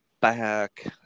back